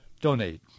Donate